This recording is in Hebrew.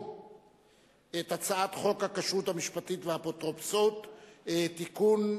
את הצעת חוק הכשרות המשפטית והאפוטרופסות (תיקון,